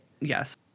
Yes